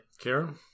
Karen